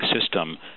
system